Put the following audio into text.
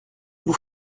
vous